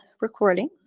recording